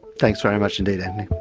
thanks very much indeed, antony.